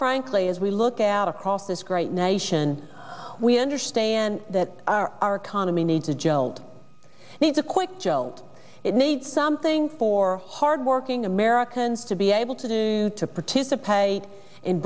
frankly as we look out across this great nation we understand that our economy needs a jolt it's a quick jolt it needs something for hardworking americans to be able to do to participate in